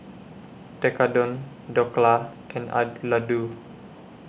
Tekkadon Dhokla and Ladoo